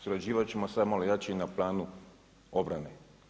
Surađivat ćemo sad malo jače na planu obrane.